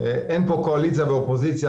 אין פה קואליציה ואופוזיציה.